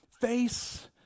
face